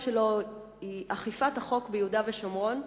שלו היא "אכיפת החוק ביהודה ושומרון",